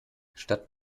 statt